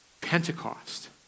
Pentecost